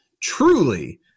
truly